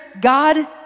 God